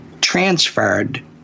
transferred